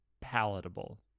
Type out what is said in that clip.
palatable